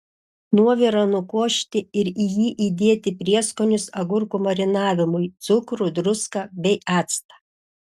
nuovirą nukošti ir į jį įdėti prieskonius agurkų marinavimui cukrų druską bei actą